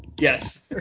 Yes